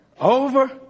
Over